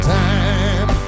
time